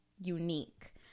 unique